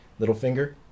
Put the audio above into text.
Littlefinger